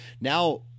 now